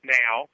now